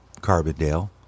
Carbondale